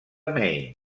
maine